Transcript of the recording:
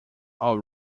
all